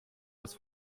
das